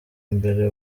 mbere